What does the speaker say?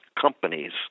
companies